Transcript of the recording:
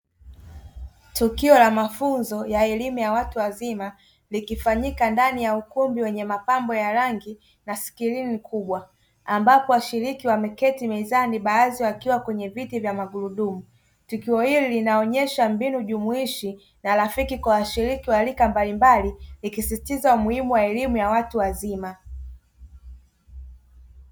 Tukio la mafunzo ya elimu ya watu wazima likifanyika ndani ya ukumbi wenye mapambo ya rangi nyepesi na skrini kubwa, ambapo washiriki wameketi mezani, baadhi wakiwa kwenye viti vya magurudumu; tukio hili linaonyesha mbinu jumuishi na rafiki kwa washiriki wa rika mbalimbali, ikisisitiza umuhimu wa elimu ya watu wazima.